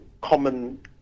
common